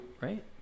Right